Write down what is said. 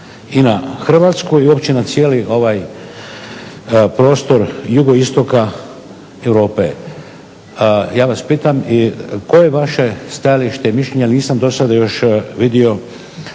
i na Hrvatsku i uopće na cijeli ovaj prostor jugoistoka Europe. Ja vas pitam koje je vaše stajalište i mišljenje, jer nisam do sada još vidio